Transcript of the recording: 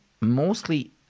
mostly